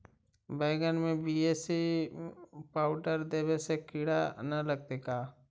बैगन में BHC powder देबे से किड़ा न लगतै का?